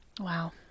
Wow